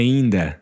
Ainda